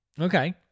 Okay